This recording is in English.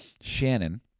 Shannon